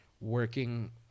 working